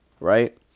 right